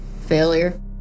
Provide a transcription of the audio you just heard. failure